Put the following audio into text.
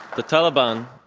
the taliban,